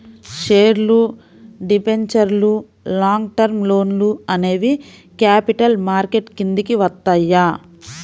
షేర్లు, డిబెంచర్లు, long term లోన్లు అనేవి క్యాపిటల్ మార్కెట్ కిందికి వత్తయ్యి